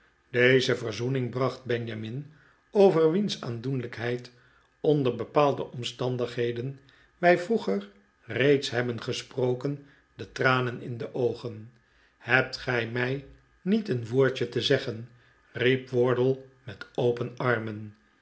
deze verzoening bracht benjamin over wiens aandoenlijkheid onder bepaalde omstandigheden wij vroeger reeds hebben gesproken de tranen in de oogen hebt gij mij niet een woordje te zeggen riep wardle met open armen